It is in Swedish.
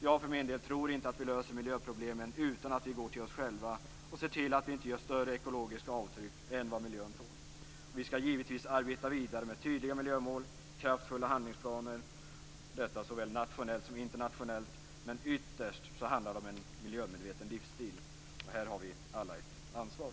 Jag för min del tror inte att vi löser miljöproblemen om vi inte går till oss själva och ser till att vi inte gör större ekologiska avtryck än vad miljön tål. Vi skall givetvis arbeta vidare med tydliga miljömål och kraftfulla handlingsplaner - såväl nationellt som internationellt. Men ytterst handlar det om en miljömedveten livsstil, och här har vi alla ett ansvar.